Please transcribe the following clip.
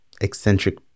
eccentric